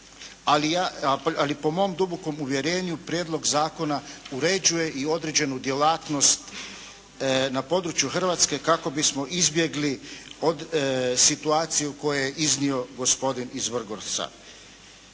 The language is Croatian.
Ali po mom dubokom uvjerenju Prijedlog zakona uređuje i određenu djelatnost na području Hrvatske kako bismo izbjegli situaciju koju je iznio gospodin iz Vrgorca.